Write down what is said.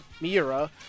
Miura